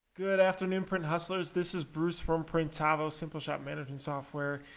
good afternoon print hustlers, this is bruce from printavo, simple shop management software.